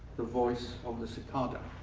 the voice of the cicada.